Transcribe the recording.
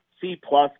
C-plus